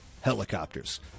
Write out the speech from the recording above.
Helicopters